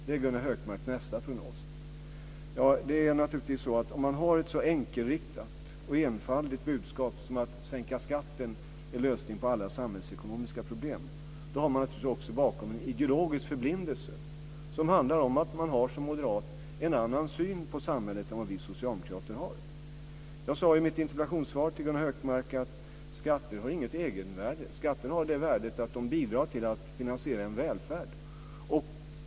Det är Gunnar Det är naturligtvis så att om man har ett så enkelriktat och enfaldigt budskap som att en sänkning av skatten är lösningen på alla samhällsekonomiska problem har man bakom sig en ideologisk förblindelse. Det handlar om att man som moderat har en annan syn på samhället än vad vi socialdemokrater har. Jag sade i mitt interpellationssvar till Gunnar Hökmark att skatter inte har något egenvärde. Skatter har det värdet att de bidrar till att finansiera en välfärd.